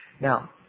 Now